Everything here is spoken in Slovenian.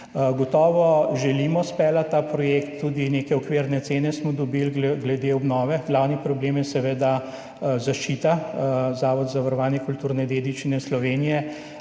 Gotovo želimo izpeljati ta projekt, tudi neke okvirne cene smo dobili glede obnove. Glavni problem je seveda zaščita. Zavod za varstvo kulturne dediščine Slovenije